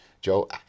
Joe